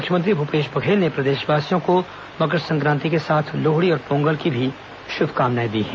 मुख्यमंत्री भूपेश बघेल ने प्रदेशवासियो को मकर संक्रांति के साथ लोहड़ी और पोंगल की भी शुभकामनाएं दी है